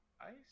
ice